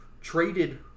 traded